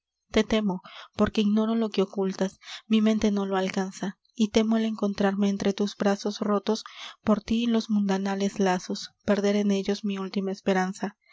te temo porque ignoro lo que ocultas mi mente no lo alcanza y temo al encontrarme entre tus brazos rotos por tí los mundanales lazos perder en ellos mi última esperanza